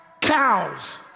cows